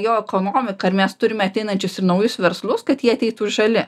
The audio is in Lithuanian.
jo ekonomika nes turime ateinančius ir naujus verslus kad jie ateitų žali